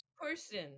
Person